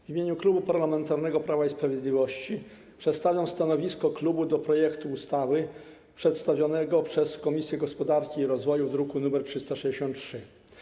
W imieniu Klubu Parlamentarnego Prawo i Sprawiedliwość przedstawiam stanowisko klubu wobec projektu ustawy przedstawionego przez Komisję Gospodarki i Rozwoju w druku nr 363.